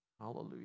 Hallelujah